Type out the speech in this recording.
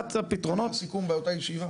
אחד הפתרונות --- היה סיכום באותה ישיבה.